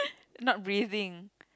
not breathing